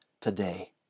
today